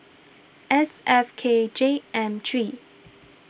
S F K J M three